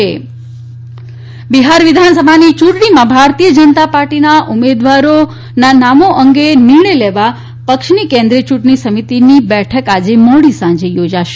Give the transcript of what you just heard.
ભાજ બેઠક બિહાર બિહાર વિધાનસભા ચુંટણીમાં ભારતીય જનતા પાર્ટીના ઉમેદવારો અંગે નિર્ણય લેવા પક્ષની કેન્દ્રીય યુંટણી સમિતિની બેઠક આજે મોડી સાંજે યોજાશે